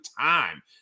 time